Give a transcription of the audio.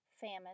famine